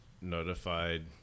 notified